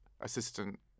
assistant